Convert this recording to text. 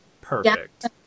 perfect